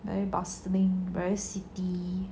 very bustling very city